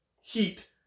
heat